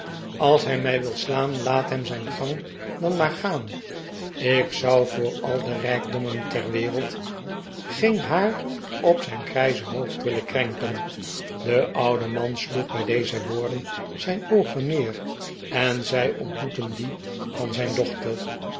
als hij mij wil slaan laat hem zijn gang dan maar gaan ik zou voor al de rijkdommen der wereld geen haar op zijn grijze hoofd willen krenken de oude man sloeg bij deze woorden zijn oogen neer en zij ontmoeten die van zijn dochter